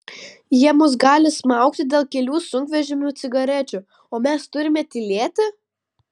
jie mus gali smaugti dėl kelių sunkvežimių cigarečių o mes turime tylėti